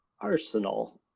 Arsenal